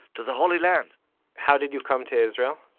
to the holy land how did you come to israel?